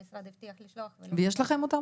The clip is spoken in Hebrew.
המשרד הבטיח לשלוח ולא --- יש לכם אותם,